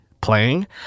playing